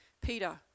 Peter